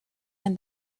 and